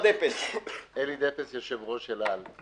אני אלי דפס, יושב-ראש אל על.